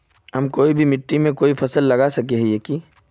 हम कोई भी मिट्टी में कोई फसल लगा सके हिये की?